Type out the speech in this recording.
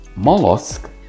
Mollusk